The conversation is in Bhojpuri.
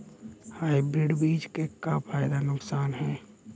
हाइब्रिड बीज क का फायदा नुकसान ह?